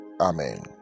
Amen